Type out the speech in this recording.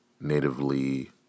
natively